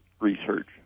research